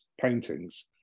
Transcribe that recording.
paintings